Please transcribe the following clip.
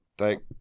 Thank